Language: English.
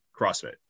CrossFit